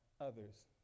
others